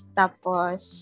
tapos